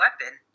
weapon